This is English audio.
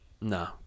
No